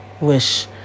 wish